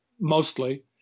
mostly